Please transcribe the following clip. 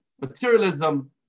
materialism